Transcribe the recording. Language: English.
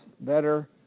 better